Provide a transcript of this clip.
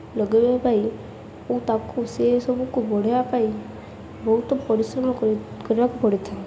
ଲଗାଇବା ପାଇଁ ମୁଁ ତାକୁ ସେସବୁକୁ ବଢ଼ାଇବା ପାଇଁ ବହୁତ ପରିଶ୍ରମ କରି କରିବାକୁ ପଡ଼ିଥାଏ